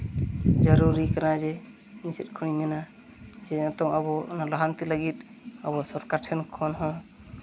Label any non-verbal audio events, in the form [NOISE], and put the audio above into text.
ᱡᱟᱹᱨᱩᱨᱤ ᱠᱟᱱᱟ ᱡᱮ ᱤᱧ [UNINTELLIGIBLE] ᱠᱷᱚᱱᱤᱧ ᱢᱮᱱᱟ ᱡᱮ ᱱᱤᱛᱚᱝ ᱟᱵᱚ ᱚᱱᱟ ᱞᱟᱦᱟᱱᱛᱤ ᱞᱟᱹᱜᱤᱫ ᱟᱵᱚ ᱥᱚᱨᱠᱟᱨ ᱴᱷᱮᱱ ᱠᱷᱚᱱ ᱦᱚᱸ